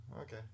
Okay